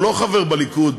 הוא לא חבר בליכוד,